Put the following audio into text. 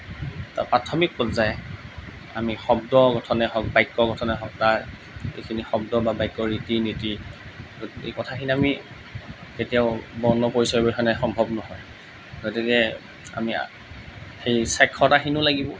প্ৰাথমিক পৰ্যায় আমি শব্দ গঠনেই হওক বাক্য গঠনেই হওক তাৰ যিখিনি শব্দ বা বাক্য ৰীতি নীতি গতিকে এই কথাখিনি আমি কেতিয়াও বৰ্ণ পৰিচয় অবিহনে সম্ভৱ নহয় গতিকে আমি সেই স্বাক্ষৰতাখিনিও লাগিব